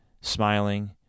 smiling